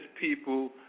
people